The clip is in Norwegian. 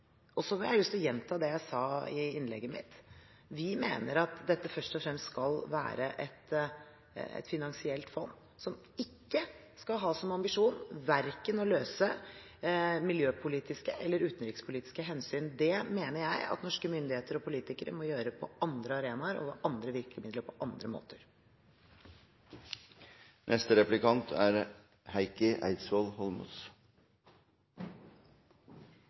Så har jeg lyst til å gjenta det jeg sa i innlegget mitt: Vi mener at dette først og fremst skal være et finansielt fond, som ikke skal ha som ambisjon å løse verken miljøpolitiske eller utenrikspolitiske spørsmål. Det mener jeg at norske myndigheter og politikere må gjøre på andre arenaer og med andre virkemidler og på andre måter. Det er to ting jeg vil ta opp med statsråden. Det ene er